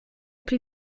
pli